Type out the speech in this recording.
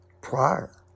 prior